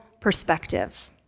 perspective